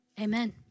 Amen